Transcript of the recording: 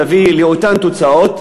תביא לאותן תוצאות.